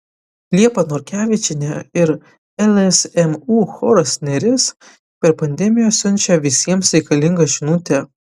liepa norkevičienė ir lsmu choras neris per pandemiją siunčia visiems reikalingą žinutę